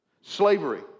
Slavery